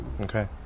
okay